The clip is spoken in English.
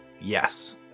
yes